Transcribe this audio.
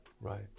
Right